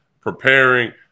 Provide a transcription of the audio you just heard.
preparing